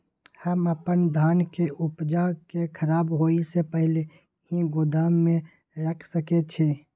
हम अपन धान के उपजा के खराब होय से पहिले ही गोदाम में रख सके छी?